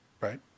right